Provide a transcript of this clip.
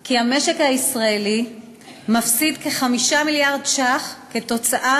כי המשק הישראלי מפסיד כ-5 מיליארד ש"ח כתוצאה